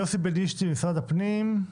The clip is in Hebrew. יוסי בנישתי, משרד הפנים.